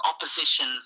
opposition